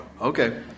Okay